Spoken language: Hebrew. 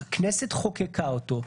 שהכנסת חוקקה אותו.